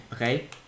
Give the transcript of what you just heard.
Okay